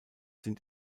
sind